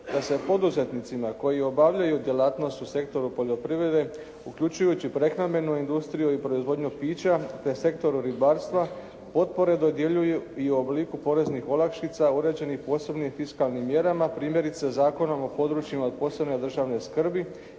da se poduzetnicima koji obavljaju djelatnost u sektoru poljoprivrede uključujući prehrambenu industriju i proizvodnju pića te sektor ribarstva potpore dodjeljuju i u obliku poreznih olakšica uređenih posebnim fiskalnim mjerama primjerice Zakonom o područjima od posebne državne skrbi